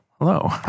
Hello